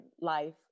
life